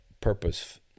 purpose